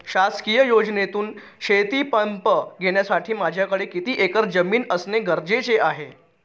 शासकीय योजनेतून शेतीपंप घेण्यासाठी माझ्याकडे किती एकर शेतजमीन असणे गरजेचे आहे?